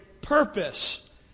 purpose